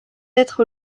être